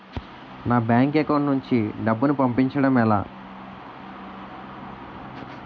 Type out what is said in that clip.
నా bank account నుంచి డబ్బును పంపించడం ఎలా?